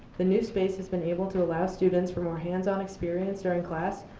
the new space has been able to allow students for more hands on experience during class,